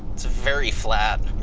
it's a very flat,